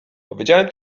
powiedziałem